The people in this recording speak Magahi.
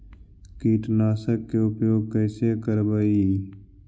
कीटनाशक के उपयोग कैसे करबइ?